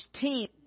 team